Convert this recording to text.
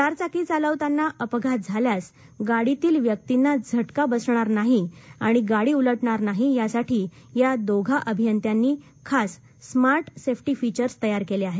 चारचाकी चालवताना अपघात झाल्यास गाडीतील व्यक्तींना झटका बसणार नाही आणि गाडी उलटणार नाही यासाठी त्या दोघा अभियंत्यांनी खास स्मार्ट सेफ्टी फिचर्स तयार केले आहेत